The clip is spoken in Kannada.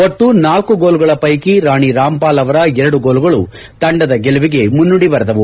ಒಟ್ಲು ನಾಲ್ಲು ಗೋಲುಗಳ ಕೈಕ ರಾಣಿ ರಾಂಪಾಲ್ ಅವರ ಎರಡು ಗೋಲುಗಳು ತಂಡದ ಗೆಲುವಿಗೆ ಮುನ್ನುಡಿ ಬರೆದವು